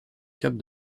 cap